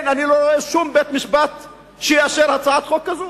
אני לא רואה שום בית-משפט שיאשר הצעת חוק כזו.